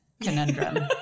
conundrum